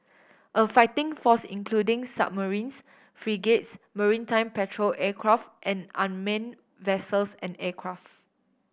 a fighting force including submarines frigates maritime patrol aircraft and unman vessels and aircraft